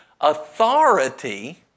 authority